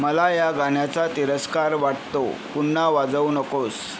मला या गाण्याचा तिरस्कार वाटतो पुन्हा वाजवू नकोस